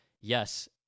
Yes